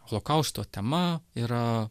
holokausto tema yra